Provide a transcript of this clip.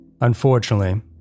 Unfortunately